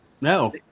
No